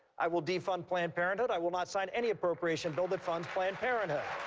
i will defund planned parenthood i will not sign any appropriation bill that funds planned parenthood.